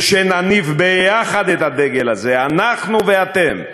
ושנניף יחד את הדגל הזה, אנחנו ואתם.